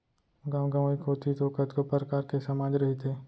गाँव गंवई कोती तो कतको परकार के समाज रहिथे